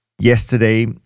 yesterday